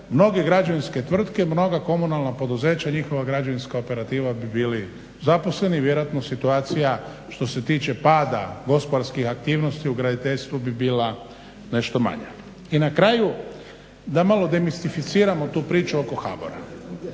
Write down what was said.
mnoge građevinske tvrtke mnoga komunalna poduzeća njihova građevinska operativa bi bili zaposleni, vjerojatno situacija što se tiče pada gospodarskih aktivnosti u graditeljstvu bi bila nešto manja. I na kraju da malo demistificiramo tu priču oko HBOR-a,